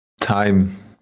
time